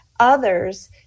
others